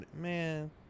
Man